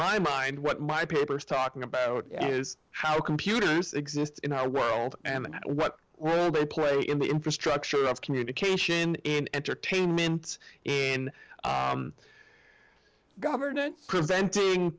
my mind what my papers talking about is how computers exist in our world and what they play in the infrastructure of communication in entertainment in governance prevent